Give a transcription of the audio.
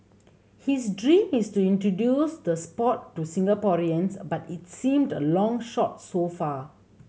his dream is to introduce the sport to Singaporeans but it seemed a long shot so far